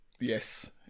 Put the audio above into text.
Yes